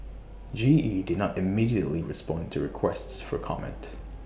G E did not immediately respond to requests for comment